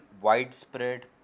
widespread